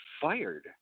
fired